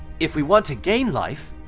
if we want to gain life,